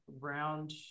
round